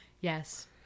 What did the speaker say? Yes